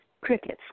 Crickets